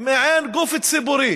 מעין ציבורי